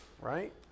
right